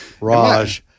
Raj